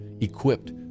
equipped